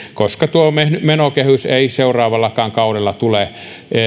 koska menokehys ei seuraavallakaan kaudella tule